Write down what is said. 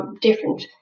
different